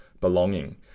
belonging